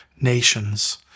nations